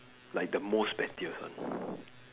like the most pettiest one